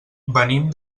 venim